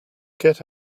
get